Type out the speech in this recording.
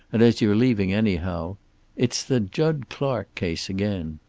and as you're leaving anyhow it's the jud clark case again.